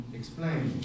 explain